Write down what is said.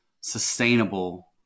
sustainable